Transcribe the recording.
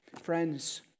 Friends